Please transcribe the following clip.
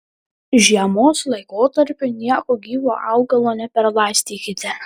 žiemos laikotarpiu nieku gyvu augalo neperlaistykite